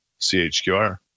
chqr